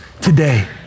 today